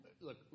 Look